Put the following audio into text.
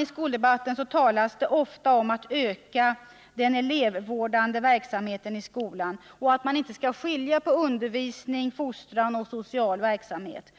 I skoldebatten talas det ofta om att man skall öka den elevvårdande verksamheten i skolan och inte skilja på undervisning, fostran och social verksamhet.